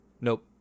nope